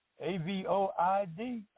A-V-O-I-D